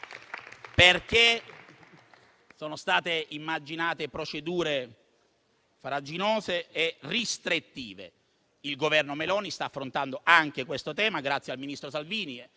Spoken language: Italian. perché sono state immaginate procedure farraginose e restrittive. Il Governo Meloni sta affrontando anche questo tema grazie al ministro Salvini,